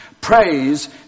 Praise